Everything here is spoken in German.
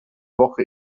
woche